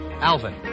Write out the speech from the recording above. Alvin